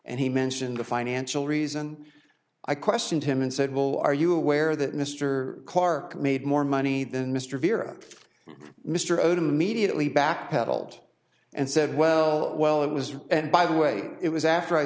and he mentioned the financial reason i questioned him and said well are you aware that mr clark made more money than mr vierra mr odum immediately backpedaled and said well it was and by the way it was after i